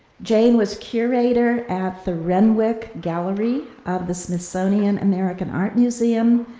jane was curator at the renwick gallery of the smithsonian american art museum,